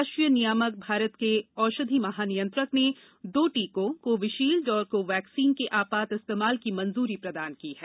राष्ट्रीय नियामक भारत के औषधि महानियंत्रक ने दो टीकों कोविशील्ड और कोवाक्सिन के आपात इस्तेमाल की मंजूरी प्रदान की है